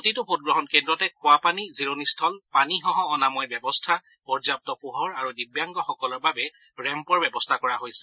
প্ৰতিটো ভোটগ্ৰহণ কেন্দ্ৰতে খোৱাপানী জিৰণিস্থল পানীসহঅনাময় ব্যৱস্থা পৰ্যাপ্ত পোহৰ আৰু দিব্যাংগসকলৰ বাবে ৰেম্পৰ ব্যৱস্থা কৰা হৈছে